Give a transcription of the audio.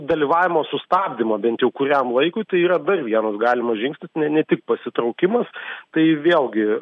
dalyvavimo sustabdymą bent jau kuriam laikui tai yra dar vienas galimas žingsnis ne ne tik pasitraukimas tai vėlgi